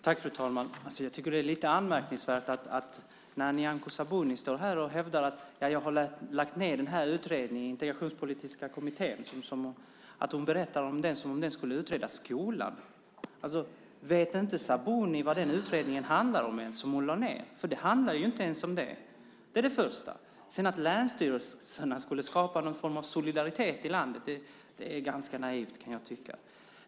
Fru talman! Jag tycker att det är lite anmärkningsvärt att Nyamko Sabuni berättar om Integrationspolitiska kommittén, som hon har lagt ned, som om den skulle utreda skolan. Vet inte Sabuni vad den utredning som hon lade ned handlade om? Den handlade inte ens om det. Att länsstyrelserna skulle skapa någon form av solidaritet i landet är ganska naivt, kan jag tycka.